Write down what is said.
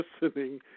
listening